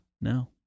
No